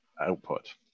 output